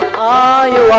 aa ia